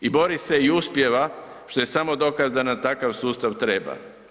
I bori se i uspijeva što je samo dokaz da nam takav sustav treba.